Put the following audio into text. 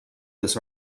this